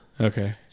Okay